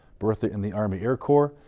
bertha in the army air corps,